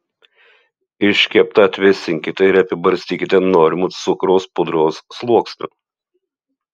iškeptą atvėsinkite ir apibarstykite norimu cukraus pudros sluoksniu